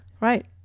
Right